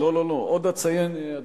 לא, לא, לא.